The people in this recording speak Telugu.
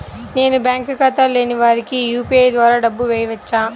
నేను బ్యాంక్ ఖాతా లేని వారికి యూ.పీ.ఐ ద్వారా డబ్బులు వేయచ్చా?